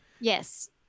Yes